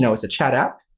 so it's a chat app,